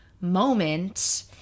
moment